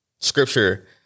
Scripture